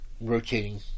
rotating